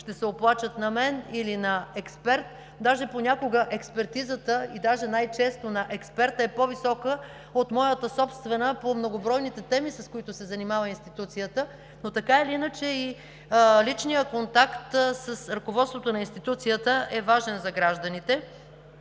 ще се оплачат на мен или на експерт. Понякога експертизата и даже най-често на експерта е по-висока от моята собствена по многобройните теми, с които се занимава институцията, но така или иначе личният контакт с ръководството на институцията е важен за гражданите.